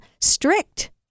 strict